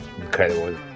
incredible